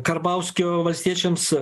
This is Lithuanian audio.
karbauskio valstiečiams